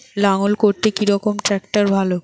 লাঙ্গল করতে কি রকম ট্রাকটার ভালো?